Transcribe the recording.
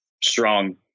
strong